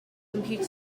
computer